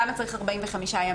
למה צריך 45 ימים?